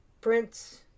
prints